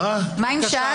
כי הרי מה יכול להיות?